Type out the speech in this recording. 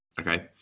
okay